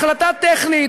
החלטה טכנית,